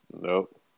Nope